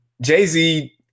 jay-z